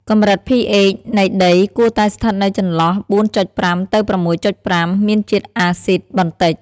កម្រិត pH នៃដីគួរតែស្ថិតនៅចន្លោះ ៤.៥ ទៅ ៦.៥ (មានជាតិអាស៊ីតបន្តិច)។